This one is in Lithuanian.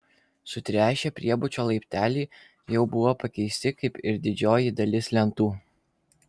sutręšę priebučio laipteliai jau buvo pakeisti kaip ir didžioji dalis lentų